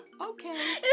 okay